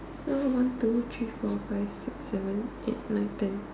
one two three four five six seven eight nine ten